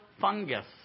fungus